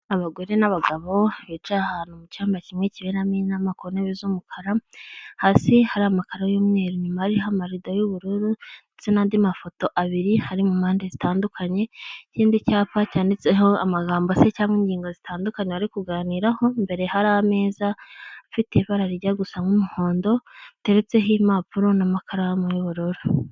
Abagore n'abagabo bicaye ahantu mu cyumba kimwe kiberamo inama ku ntebe z'umukara, hasi hari amakara y'umweru, inyuma hariho amarido y'ubururu ndetse n'andi mafoto abiri ari mu mpande zitandukanye, ikindi cyapa cyanditseho amagambo se cyangwa ingingo zitandukanye bari kuganiraho, imbere hari ameza afite ibara rijya gusa nk'umuhondo hateretseho impapuro n'amakaramu y'ubururu.